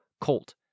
Colt